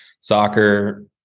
soccer